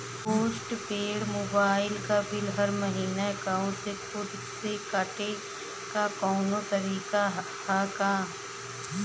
Post paid mobile क bill हर महिना एकाउंट से खुद से कटे क कौनो तरीका ह का?